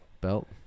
belt